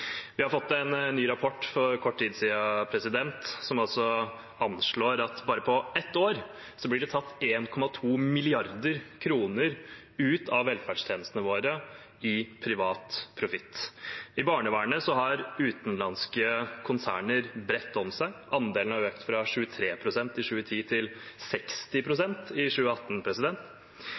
Vi har fått en ny rapport for kort tid siden, som anslår at bare på ett år blir det tatt 1,2 mrd. kr ut av velferdstjenestene våre i privat profitt. I barnevernet har utenlandske konserner bredt om seg. Andelen har økt fra 23 pst. i 2010 til 60 pst. i 2018.